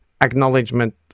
acknowledgement